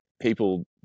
people